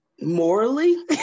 morally